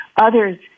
others